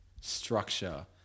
structure